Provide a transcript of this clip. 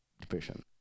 depression